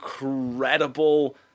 incredible